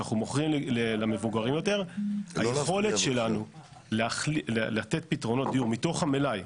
כשאנחנו מוכרים למבוגרים יותר היכולת שלנו לתת פתרונות דיור מתוך המלאי